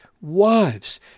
Wives